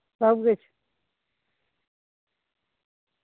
सब किश